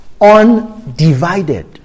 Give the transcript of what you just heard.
Undivided